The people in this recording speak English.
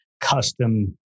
custom